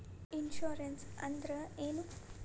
Insurance ಅಂದ್ರ ಏನು?